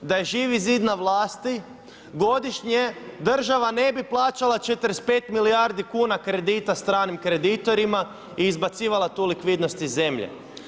Da je Živi zid na vlasti godišnje država ne bi plaćala 45 milijardi kuna kredita stranim kreditorima i izbacivala tu likvidnost iz zemlje.